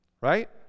right